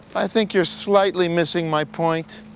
i think you're slightly missing my point.